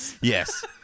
Yes